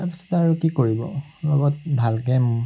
তাৰপিছত আৰু কি কৰিব অনবৰত ভালকৈ